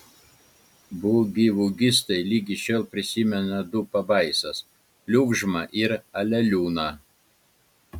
bugivugistai ligi šiol prisimena du pabaisas pliugžmą ir aleliūną